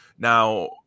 Now